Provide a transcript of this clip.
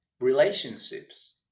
relationships